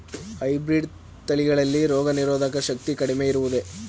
Hybrid ತಳಿಗಳಲ್ಲಿ ರೋಗನಿರೋಧಕ ಶಕ್ತಿ ಕಡಿಮೆ ಇರುವುದೇ?